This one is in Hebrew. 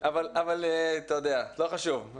אבל, אתה יודע, לא חשוב.